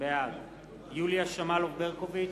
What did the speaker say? בעד יוליה שמאלוב-ברקוביץ,